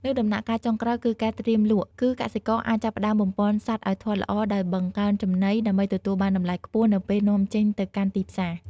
នៅដំណាក់កាលចុងក្រោយគឺការត្រៀមលក់ គឺកសិករអាចចាប់ផ្តើមបំប៉នសត្វឲ្យធាត់ល្អដោយបង្កើនចំណី ដើម្បីទទួលបានតម្លៃខ្ពស់នៅពេលនាំចេញទៅកាន់ទីផ្សារ។